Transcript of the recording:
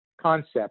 concept